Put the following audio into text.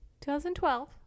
2012